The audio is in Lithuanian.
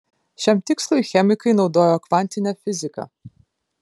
šiam tikslui chemikai naudojo kvantinę fiziką